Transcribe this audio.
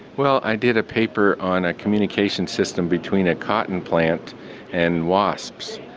well, i did a paper on a communications system between a cotton plant and wasps.